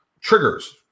triggers